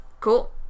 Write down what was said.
cool